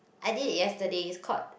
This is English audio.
I did yesterday is called